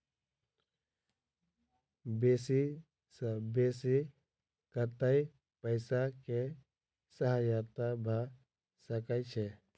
बेसी सऽ बेसी कतै पैसा केँ सहायता भऽ सकय छै?